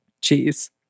Cheese